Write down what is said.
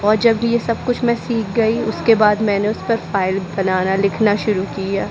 और जब ये सब कुछ मैं सीख गई उसके बाद मैंने उस पर फ़ाइल बनाना लिखना शुरू किया